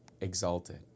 exalted